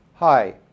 Hi